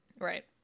Right